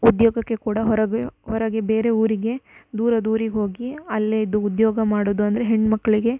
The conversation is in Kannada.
ಉದ್ಯೋಗಕ್ಕೆ ಕೂಡ ಹೊರಗೆ ಹೊರಗೆ ಬೇರೆ ಊರಿಗೆ ದೂರದ ಊರಿಗೆ ಹೋಗಿ ಅಲ್ಲೇ ಇದ್ದು ಉದ್ಯೋಗ ಮಾಡೋದು ಅಂದರೆ ಹೆಣ್ಣುಮಕ್ಳಿಗೆ